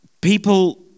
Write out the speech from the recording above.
people